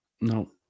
no